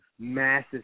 massive